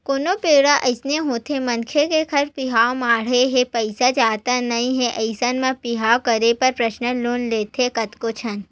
कोनो बेरा अइसे होथे मनखे के घर बिहाव माड़हे हे पइसा जादा नइ हे अइसन म बिहाव करे बर परसनल लोन लेथे कतको झन